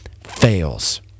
fails